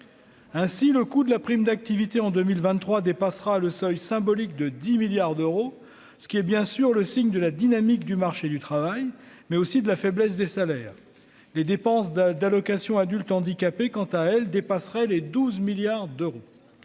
ainsi le coût de la prime d'activité en 2023 dépassera le seuil symbolique de 10 milliards d'euros, ce qui est bien sûr le signe de la dynamique du marché du travail mais aussi de la faiblesse des salaires, les dépenses de d'allocation adulte handicapé, quant à elles dépasseraient les 12 milliards d'euros,